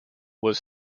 was